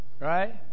right